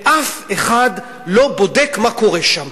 ואף אחד לא בודק מה קורה שם.